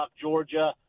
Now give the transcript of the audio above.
Georgia